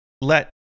let